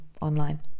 online